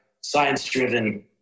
science-driven